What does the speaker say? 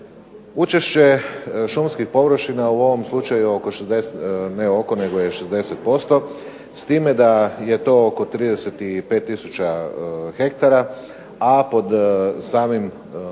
Učešće šumskih površina u ovom slučaju je 60%, s time da je to oko 35 tisuća hektara, a pod samim režimom